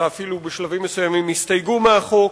ובשלבים מסוימים אפילו הסתייגו מהחוק.